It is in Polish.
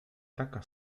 taka